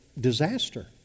disaster